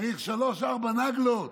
צריך שלוש-ארבע נגלות.